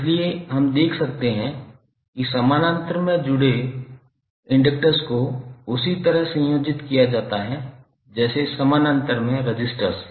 इसलिए हम देख सकते हैं कि समानांतर में जुड़े हुए इंडकटर्स को उसी तरह संयोजित किया जाता है जैसे समानांतर में रेसिस्टर्स